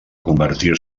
convertir